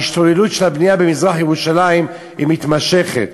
ההשתוללות של הבנייה במזרח-ירושלים היא מתמשכת.